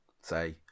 say